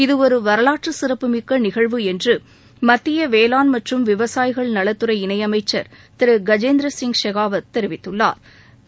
இது ஒரு வரலாற்று சிறப்புமிக்க நிகழ்வு என்று மத்திய வேளாண் மற்றும் விவசாயிகள் நலத்துறை இணைஅமைச்சள் திரு கஜேந்திர சிங் ஷெகாவத் தெரிவித்துள்ளாா்